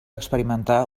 experimentar